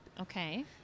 Okay